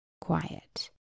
quiet